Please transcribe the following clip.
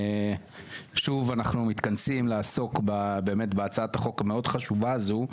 שוב אנחנו מתכנסים לעסוק בהצעת החוק החשובה הזו.